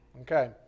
Okay